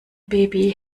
baby